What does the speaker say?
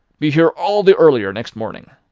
be here all the earlier next morning.